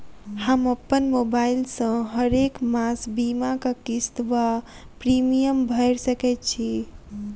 हम अप्पन मोबाइल सँ हरेक मास बीमाक किस्त वा प्रिमियम भैर सकैत छी?